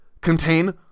contain